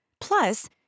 Plus